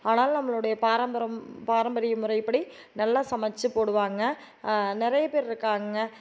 ஆனாலும் நம்மளுடைய பாரம்பர பாரம்பரிய முறைப்படி நல்லா சமைத்துப்போடுவாங்க நிறைய பேர் இருக்காங்கங்க